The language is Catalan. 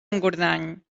engordany